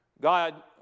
God